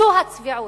זו הצביעות,